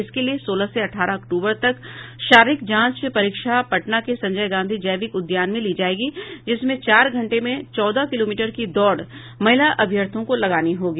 इसके लिए सोलह से अठारह अक्टूबर तक शारीरिक जांच परीक्षा पटना के संजय गांधी जैविक उद्यान में ली जायेगी जिसमें चार घंटे में चौदह किलोमीटर की दौड़ महिला अभ्यर्थियों को लगानी होगी